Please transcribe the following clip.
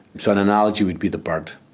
so an analogy would be the bird.